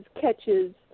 catches